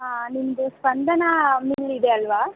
ಹಾಂ ನಿಮ್ಮದು ಸ್ಪಂದನಾ ಮಿಲ್ ಇದೆ ಅಲ್ವಾ